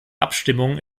abstimmung